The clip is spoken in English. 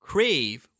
Crave